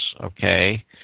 okay